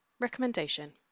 Recommendation